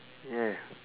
yeah